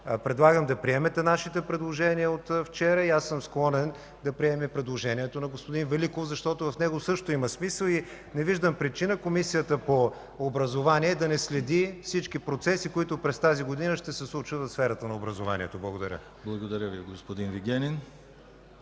Предлагам да приемете нашите предложения от вчера. Аз съм склонен да приемем и предложението на господин Великов, защото в него също има смисъл. Не виждам причина Комисията по образованието да не следи всички процеси, които през тази година ще се случват в сферата на образованието. Благодаря. ПРЕДСЕДАТЕЛ ДИМИТЪР ГЛАВЧЕВ: